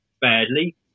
badly